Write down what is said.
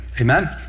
Amen